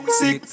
sick